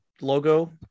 logo